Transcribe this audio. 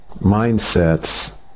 mindsets